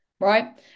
Right